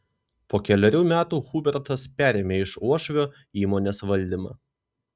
po kelerių metų hubertas perėmė iš uošvio įmonės valdymą